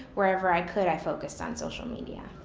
wherever i could i focused on social media.